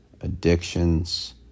addictions